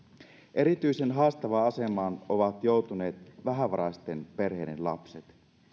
erityisen haastavaan asemaan ovat joutuneet vähävaraisten perheiden lapset